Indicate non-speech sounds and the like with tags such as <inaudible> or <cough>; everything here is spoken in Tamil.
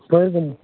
<unintelligible>